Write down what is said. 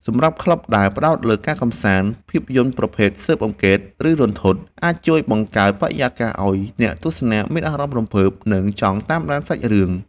សម្រាប់ក្លឹបដែលផ្ដោតលើការកម្សាន្ត ភាពយន្តប្រភេទស៊ើបអង្កេត ឬរន្ធត់ អាចជួយបង្កើតបរិយាកាសឱ្យអ្នកទស្សនាមានអារម្មណ៍រំភើប និងចង់តាមដានសាច់រឿង។